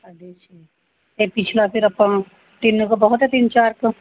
ਸਾਢੇ ਛੇ ਅਤੇ ਪਿਛਲਾ ਫਿਰ ਆਪਾਂ ਤਿੰਨ ਕੁ ਬਹੁਤ ਹੈ ਤਿੰਨ ਚਾਰ ਕੁ